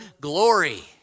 glory